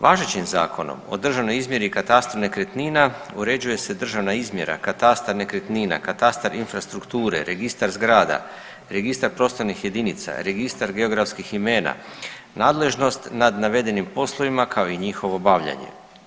Važećim Zakonom o državnoj izmjeri i katastru nekretnina uređuje se državna izmjera katastra nekretnina, katastar infrastrukture, registar zgrada, registar prostornih jedinica, registar geografskih imena, nadležnost nad navedenim poslovima, kao i njihovo obavljanje.